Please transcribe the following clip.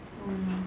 so